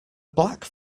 black